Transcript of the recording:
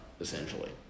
essentially